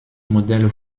modell